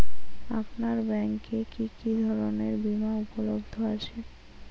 আপনার ব্যাঙ্ক এ কি কি ধরনের বিমা উপলব্ধ আছে?